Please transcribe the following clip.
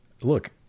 look